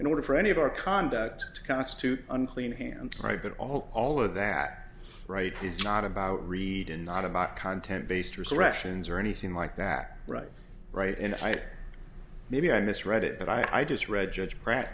in order for any of our conduct to constitute unclean hands right that all all of that right is not about reading not about content based or so russians or anything like that right right and i maybe i misread it but i just read judge bra